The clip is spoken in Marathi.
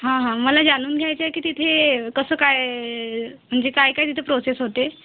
हां हां मला जाणून घ्यायचं आहे की तिथे कसं काय म्हणजे काय काय तिथे प्रोसेस होते